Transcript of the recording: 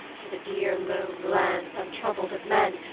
to the dear lone lands untroubled of men,